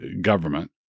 government